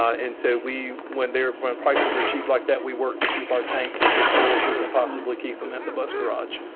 and so we when they're when prices are cheap like that we work to keep our tanks as full as we can possibly keep them at the bus garage.